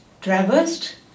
traversed